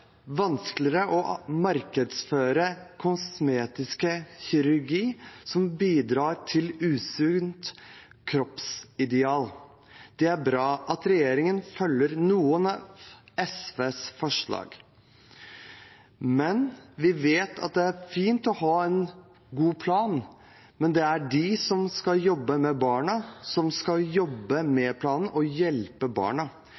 vanskeligere å markedsføre kosmetisk kirurgi som bidrar til et usunt kroppsideal. Det er bra at regjeringen følger opp noen av SVs forslag. Det er fint å ha en god plan, men det er de som skal jobbe med barna, som skal jobbe med planen og hjelpe barna.